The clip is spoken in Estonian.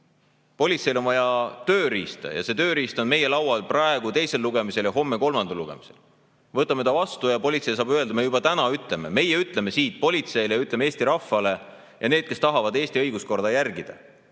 Politseil on vaja tööriista. Ja see tööriist on meie laual praegu teisel lugemisel ja homme kolmandal lugemisel. Võtame ta vastu. Me juba täna ütleme, meie ütleme siit politseile ja ütleme Eesti rahvale, neile, kes tahavad Eesti õiguskorda järgida: